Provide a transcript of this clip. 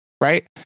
Right